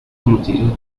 conocidos